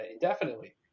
indefinitely